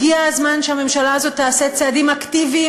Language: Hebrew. הגיע הזמן שהממשלה הזאת תעשה צעדים אקטיביים